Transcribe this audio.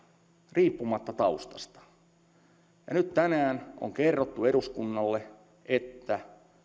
riippumatta taustasta ja nyt tänään on kerrottu eduskunnalle että